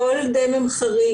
כל דמם חריג,